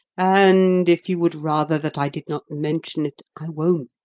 and if you would rather that i did not mention it, i won't